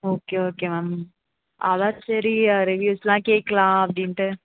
okay okay ma'am அதுதான் சரி ரிவ்யூஸெலாம் கேட்குலாம் அப்படின்ட்டு